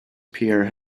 pierre